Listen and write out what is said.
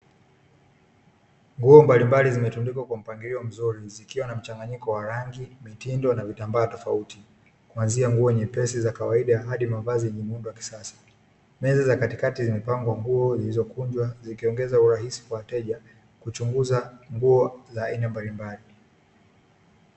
Nguo mbalimbali zimetundikwa kwa mpangilio mzuri zikiwa na mchanganyiko wa rangi, mitindo na vitambaa tofauti, kwanzia nguo nyepesi, za kawaida hadi mavazi yenye muundo wa kisasa. Meza za katikati zimepangwa nguo zilizokunjwa zikiongeza urahisi kwa wateja kuchunguza nguo za aina mbalimbali.